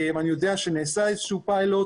אני יודע שנעשה איזשהו פיילוט